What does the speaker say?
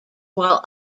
while